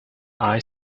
eye